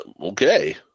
okay